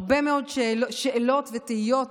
הרבה מאוד שאלות ותהיות